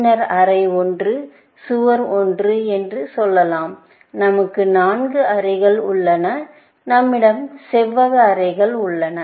பின்னர் அறை 1 சுவர் 1 என்று சொல்லலாம் நமக்கு 4 அறைகள் உள்ளன நம்மிடம் செவ்வக அறைகள் உள்ளன